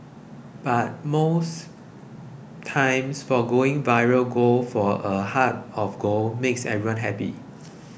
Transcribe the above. but most times foregoing viral gold for a heart of gold makes everyone happy